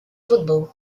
football